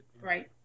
right